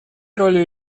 ролью